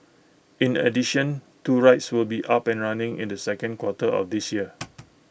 in addition two rides will be up and running in the second quarter of this year